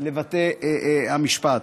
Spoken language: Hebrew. לבתי המשפט.